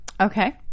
okay